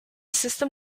system